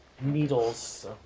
needles